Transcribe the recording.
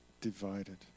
divided